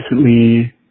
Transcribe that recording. recently